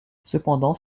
cependant